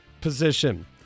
position